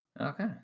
Okay